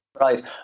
Right